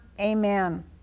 Amen